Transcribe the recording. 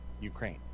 Ukraine